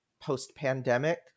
post-pandemic